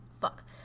Fuck